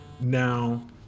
now